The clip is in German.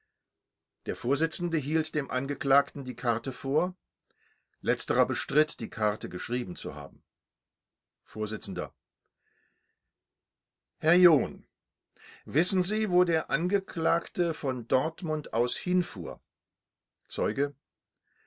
der vorsitzende hielt dem angeklagten die karte vor letzterer bestritt die karte geschrieben zu haben vors herr john wissen sie wo der angeklagte von dortmund aus hinfuhr zeuge